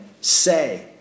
say